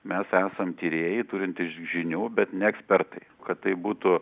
mes esam tyrėjai turintys žinių bet ne ekspertai kad tai būtų